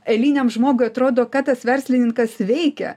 eiliniam žmogui atrodo ką tas verslininkas veikia